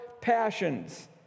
passions